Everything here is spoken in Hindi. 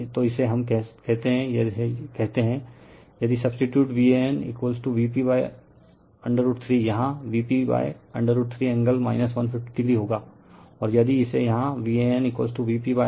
तो इसे हम कहते हैं यदि सब्सीटीयूड VanVp√3 यहाँ Vp √ 3 एंगल 150o होगा और यदि इसे यहाँ VanVp√3 एंगल 30 बनाते हैं तो यह Vp√30 एंगल 90o होगा